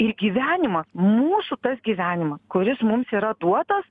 ir gyvenimas mūsų tas gyvenimas kuris mums yra duotas